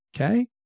okay